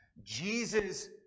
Jesus